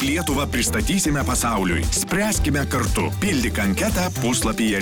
lietuvą pristatysime pasauliui spręskime kartu pildyk anketą puslapyje